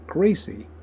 Gracie